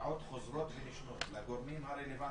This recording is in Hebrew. התראות חוזרות ונשנות לגורמים הרלוונטיים,